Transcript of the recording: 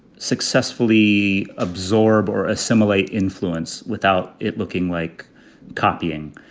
successfully absorb or assimilate influence without it looking like copying.